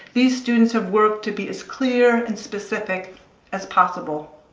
these students have worked to be as clear and specific as possible.